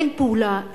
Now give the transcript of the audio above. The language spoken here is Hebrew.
אין פעולה,